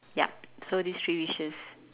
yup so these three wishes